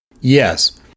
Yes